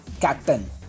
captain